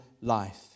life